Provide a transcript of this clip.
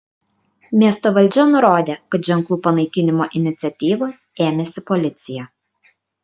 miesto valdžia nurodė kad ženklų panaikinimo iniciatyvos ėmėsi policija